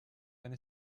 eine